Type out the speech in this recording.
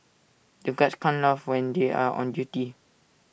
the guards can't laugh when they are on duty